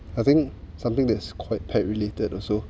I think something that's quite pet related also